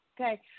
Okay